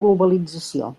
globalització